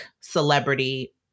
celebrity